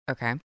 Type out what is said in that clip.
Okay